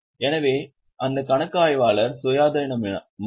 எனவே அந்த கணக்காய்வாளர் சுயாதீனமானவர்